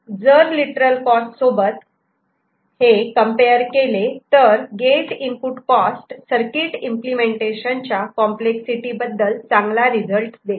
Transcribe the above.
जर literal cost सोबत compare केले तर gate input cost circuit implementation च्या कॉम्प्लेक्स सिटी बद्दल चांगला रिझल्ट देते